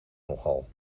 nogal